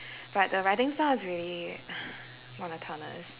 but the writing style is really monotonous